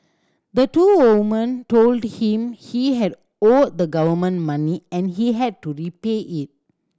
the two woman told him he had owed the government money and he had to repay it